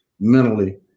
mentally